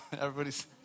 everybody's